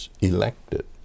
elected